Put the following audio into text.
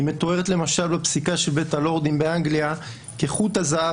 היא מתוארת למשל בפסיקה של בית הלורדים באנגליה כחוט הזהב